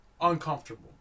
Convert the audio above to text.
uncomfortable